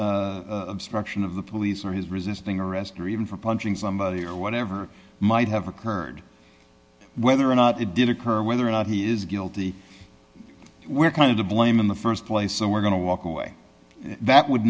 direction of the police or his resisting arrest or even from punching somebody or whatever might have occurred whether or not it did occur whether or not he is guilty we're kind of the blame in the st place so we're going to walk away that would